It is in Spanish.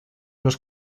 los